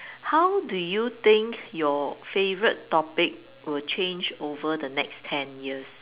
how do you think your favourite topic will change over the next ten years